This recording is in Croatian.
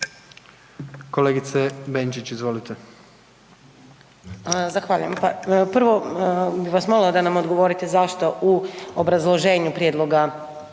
Kolegice Benčić, izvolite.